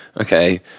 okay